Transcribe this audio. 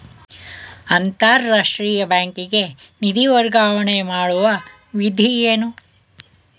ಅಂತಾರಾಷ್ಟ್ರೀಯ ಬ್ಯಾಂಕಿಗೆ ನಿಧಿ ವರ್ಗಾವಣೆ ಮಾಡುವ ವಿಧಿ ಏನು?